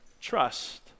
Trust